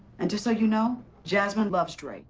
and just so you know, jasmine loves dre.